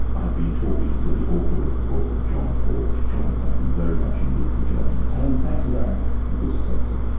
i've been talking to the author of the book john forge. john, thank you very much indeed for joining us. alan, thank you very much. good to talk to you.